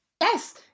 Yes